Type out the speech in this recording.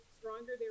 stronger